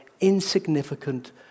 insignificant